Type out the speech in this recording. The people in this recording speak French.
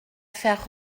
faire